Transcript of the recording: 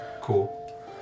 Cool